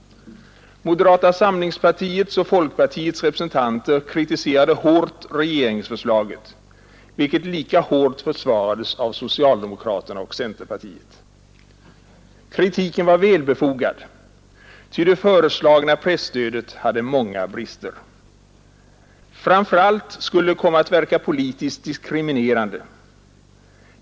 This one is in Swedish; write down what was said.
Moderata samlingspartiets och folkpartiets representanter kritiserade hårt regeringsförslaget, vilket lika hårt försvarades av socialdemokraterna och centerpartiet. Kritiken var välbefogad, ty det föreslagna presstödet hade många brister. Framför allt skulle det komma att verka politiskt diskriminerande.